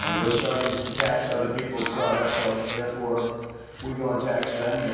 they're starting to tax other people's products so, therefore we go and tax them.